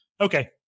okay